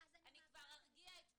אני כבר ארגיע את כולם,